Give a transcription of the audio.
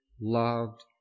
loved